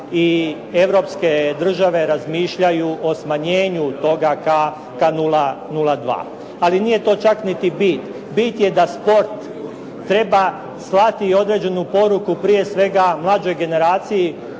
i europske države razmišljaju o smanjenju toga ka 0,2. Ali nije to čak niti bit. Bit je da sport treba slati određenu poruku prije svega mlađoj generaciji,